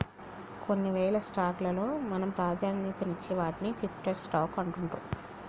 కొన్నివేల స్టాక్స్ లలో మనం ప్రాధాన్యతనిచ్చే వాటిని ప్రిఫర్డ్ స్టాక్స్ అంటుండ్రు